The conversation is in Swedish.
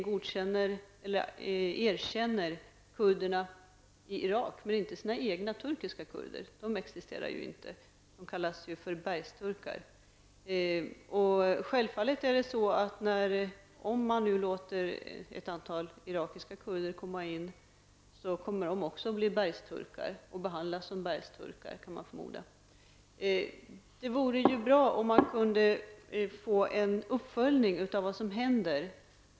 Med fredliga medel vill man nå en förändring liknande den i Polen och Demokratiska Plattformen. ''Plattformen'', som har sin bas i Madrid med förgreningar in i Cuba, är en partiövergripande organisation bestående av konservativa, liberaler, socialdemokrater och kristdemokrater.